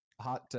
hot